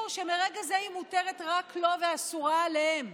שמרגע זה היא מותרת רק לו ואסורה עליהם.